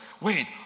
Wait